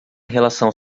relação